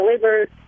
delivered